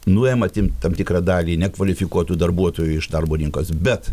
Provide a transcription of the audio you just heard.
nuema tim tam tikrą dalį nekvalifikuotų darbuotojų iš darbo rinkos bet